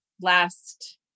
last